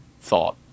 thought